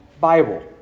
Bible